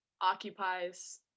occupies